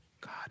God